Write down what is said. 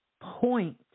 point